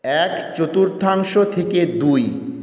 এক চতুর্থাংশ থেকে দুই